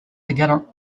together